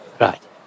Right